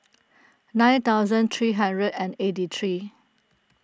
nine thousand three hundred and eighty three